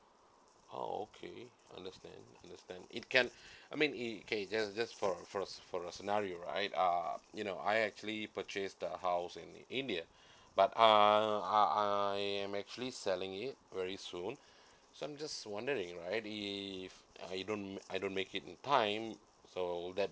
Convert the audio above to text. oh okay understand understand it can I mean it can just just for for for a scenario right uh you know I actually purchase the house in india but uh uh I am actually selling it very soon so I'm just wondering right if I don't make I don't make it in time so that